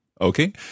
Okay